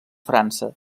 frança